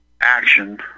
action